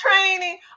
training